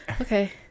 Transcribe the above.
Okay